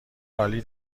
عالی